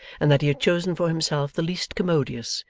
and that he had chosen for himself the least commodious,